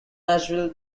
nashville